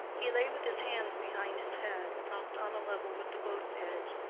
he lay with his hands behind his head, propped on a level with the boat's edge,